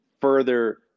further